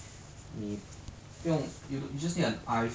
you go malaysia buy more worth sia